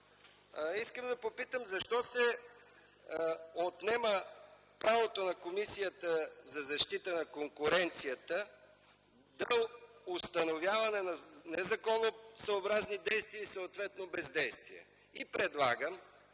Искам да попитам защо се отнема правото на Комисията за защита на конкуренцията да установява незаконосъобразни действия, съответно бездействия? Предлагам